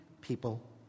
people